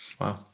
wow